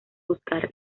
buscar